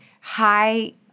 high